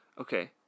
Okay